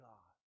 God